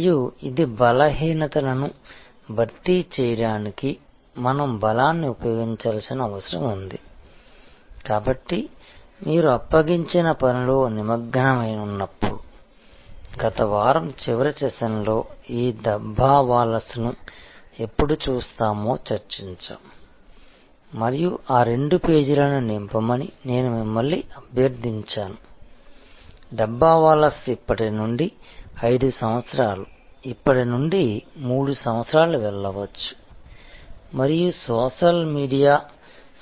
మరియు ఇది బలహీనతను భర్తీ చేయడానికి మనం బలాన్ని ఉపయోగించాల్సిన అవసరం ఉంది కాబట్టి మీరు అప్పగించిన పనిలో నిమగ్నమైనప్పుడు గత వారం చివరి సెషన్లో ఈ దబ్బవాలాస్ను ఎప్పుడు చూస్తామో చర్చించాము మరియు ఆ రెండు పేజీలను నింపమని నేను మిమ్మల్ని అభ్యర్థించాను డబ్బావాలాస్ ఇప్పటి నుండి 5 సంవత్సరాలు ఇప్పటి నుండి 3 సంవత్సరాలు వెళ్ళవచ్చు మరియు సోషల్ మీడియా